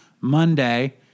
Monday